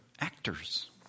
actors